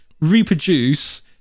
reproduce